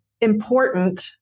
important